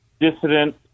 dissident